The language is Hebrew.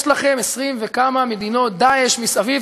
יש לכם 20 וכמה מדינות "דאעש" מסביב,